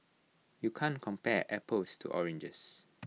you can't compare apples to oranges